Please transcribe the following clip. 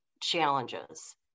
challenges